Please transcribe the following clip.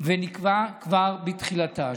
ונקבע כבר בתחילתה.